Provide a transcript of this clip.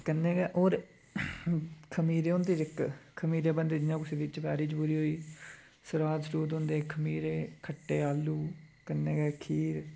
कन्नै गै होर खमीरे होंदे इक खमीरे बनदे जियां कुसै दी चबरी चबुरी होई गेई श्राद श्रुद होंदे खमीरे खट्टे आलू कन्नै गै खीर